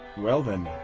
well then.